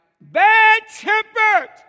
bad-tempered